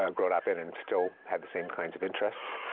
um grown up in and still had the same kinds of interests.